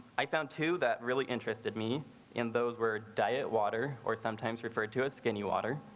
i found two that really interested me in those word diet water or sometimes referred to as skinny water